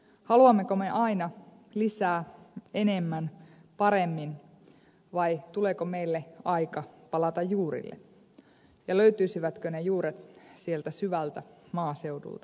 haluammeko aina lisää enemmän paremmin vai tuleeko meille aika palata juurille ja löytyisivätkö ne juuret sieltä syvältä maaseudulta